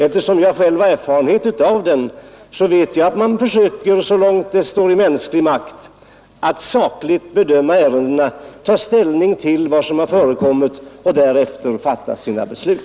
Eftersom jag själv har erfarenhet av den vet jag att man så långt det står i mänsklig makt försöker sakligt bedöma ärendena och ta ställning till vad som förekommit samt därefter fatta sina beslut.